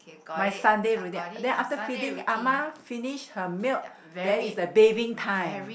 my Sunday routine then after feeding ah ma finish her milk then is a bathing time